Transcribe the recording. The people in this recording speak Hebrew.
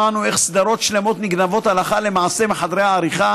כך שמענו איך סדרות שלמות נגנבות הלכה למעשה מחדרי העריכה